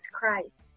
Christ